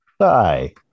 Hi